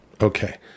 Okay